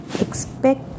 expect